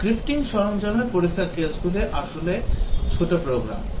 scripting সরঞ্জামে পরীক্ষার কেসগুলি আসলে ছোট প্রোগ্রাম